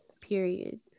period